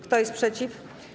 Kto jest przeciw?